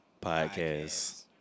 Podcast